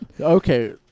Okay